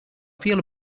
feel